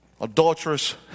adulterous